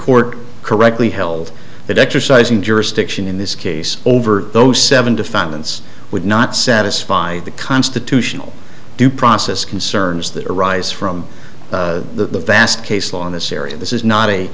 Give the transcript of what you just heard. court correctly held that exercising jurisdiction in this case over those seven defendants would not satisfy the constitutional due process concerns that arise from the vast case law in this area this is not a